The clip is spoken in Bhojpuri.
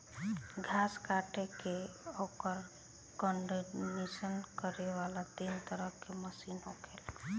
घास काट के ओकर कंडीशनिंग करे वाला तीन तरह के मशीन होखेला